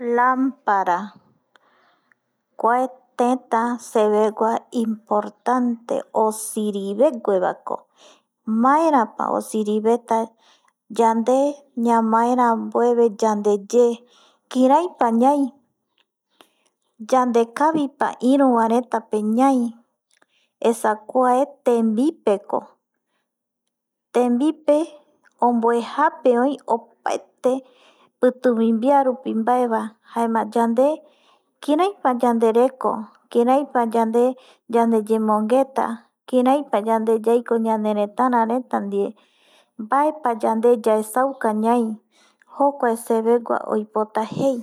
﻿Lampara, kuae teta sevegua importante osirive guako, maerapa osiriveta yande ñamae rambueve yandeye kireipa ñai, yandekavi pa iru varetape ñai, esa kua tembipeko, tembipe omboejape oi opaete pitumimbiarupi mbaeva, jaema yande, kiraipa yande reko, kiraipa yande yandeyemongueta, kiraipa yande yaiko, yande rëtara reta ndie, mbaepa yande yaesauka ñai, jokuae sevegua oipota jei